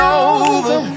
over